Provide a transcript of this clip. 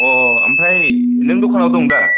अ ओमफ्राय नों दखानाव दं दा